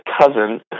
cousin